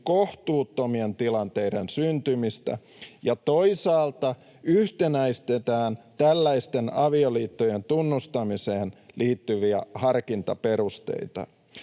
kohtuuttomien tilanteiden syntymisiä ja toisaalta yhtenäistetään tällaisten avioliittojen tunnustamiseen liittyviä harkintaperusteita.